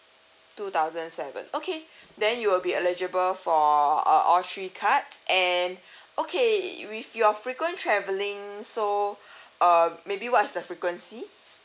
two thousand seven okay then you'll be eligible for uh all three cards and okay with your frequent travelling so uh maybe what's the frequency